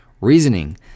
reasoning